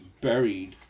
buried